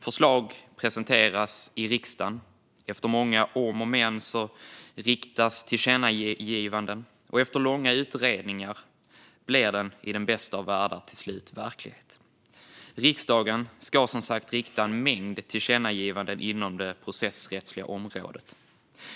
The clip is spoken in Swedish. Förslag presenteras i riksdagen. Efter många om och men riktas tillkännagivanden, och efter långa utredningar blir de i den bästa av världar till slut verklighet. Riksdagen ska som sagt rikta en mängd tillkännagivanden inom det processrättsliga området.